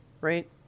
right